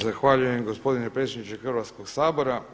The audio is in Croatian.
Zahvaljujem gospodine predsjedniče Hrvatskoga sabora.